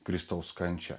kristaus kančią